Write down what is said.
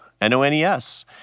N-O-N-E-S